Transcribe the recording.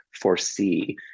foresee